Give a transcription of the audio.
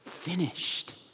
Finished